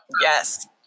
Yes